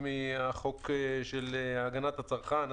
מחוק הגנת הצרכן,